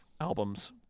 albums